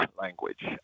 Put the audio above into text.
language